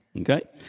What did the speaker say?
Okay